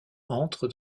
entre